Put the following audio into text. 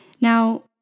Now